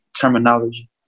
terminology